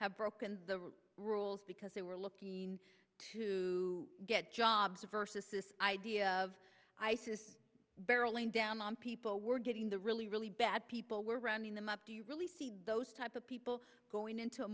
have broken the rules because they were looking to get jobs versus this idea of barreling down on people were getting the really really bad people were rounding them up do you really see those type of people going into a